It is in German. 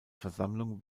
versammlung